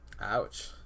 Ouch